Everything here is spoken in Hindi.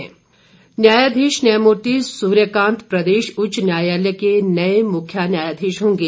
मुख्य न्यायाधीश न्यायाधीश न्यायमूर्ति सूर्यकांत प्रदेश उच्च न्यायालय के नए मुख्य न्यायाधीश होंगे